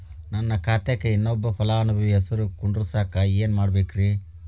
ನನ್ನ ಖಾತೆಕ್ ಇನ್ನೊಬ್ಬ ಫಲಾನುಭವಿ ಹೆಸರು ಕುಂಡರಸಾಕ ಏನ್ ಮಾಡ್ಬೇಕ್ರಿ?